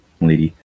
lady